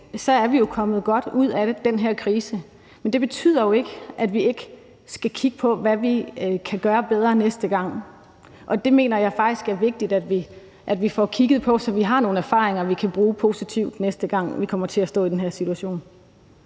set er vi kommet godt ud af den her krise. Det betyder jo ikke, at vi ikke skal kigge på, hvad vi kan gøre bedre næste gang, og det mener jeg faktisk er vigtigt at vi får kigget på, så vi kan bruge de erfaringer, vi har gjort os, positivt, næste gang vi kommer til at stå i den her situation.